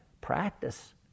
practice